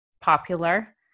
popular